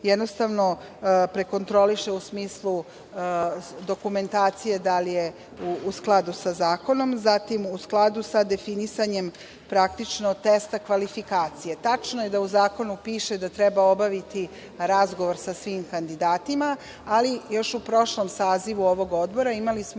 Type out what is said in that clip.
jednostavno prekontroliše u smislu dokumentacije da li je u skladu sa zakonom, zatim u skladu sa definisanjem praktično testa kvalifikacije. Tačno je da u zakonu piše da treba obaviti razgovor sa svim kandidatima, ali još u prošlom sazivu ovog Odbora imali smo